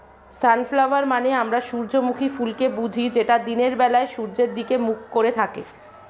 sunflower মানে আমরা সূর্যমুখী ফুলকে বুঝি যেটা দিনের বেলায় সূর্যের দিকে মুখ করে থাকে